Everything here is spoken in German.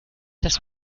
das